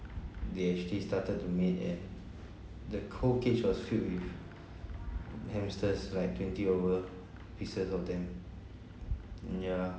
they actually started to mate and the whole cage was filled with hamsters like twenty over pieces of them yeah